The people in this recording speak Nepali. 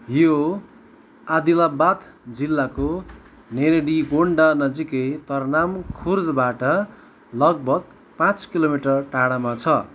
यो आदिलाबाद जिल्लाको नेरेडिगोन्डा नजिकै तरनाम खुर्दबाट लगभग पाँच किलोमिटर टाढामा छ